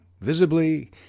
visibly